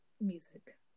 music